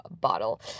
bottle